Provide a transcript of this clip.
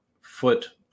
foot